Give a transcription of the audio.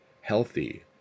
Healthy